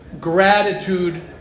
gratitude